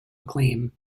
acclaim